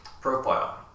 Profile